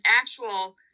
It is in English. actual